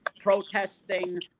protesting